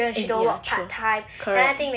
actually true correct